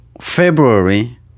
February